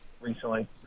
recently